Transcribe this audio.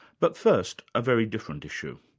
but first, a very different issue.